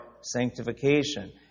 sanctification